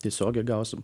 tiesiogiai gausim